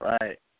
Right